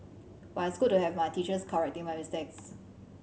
but it's good to have my teachers correcting my mistakes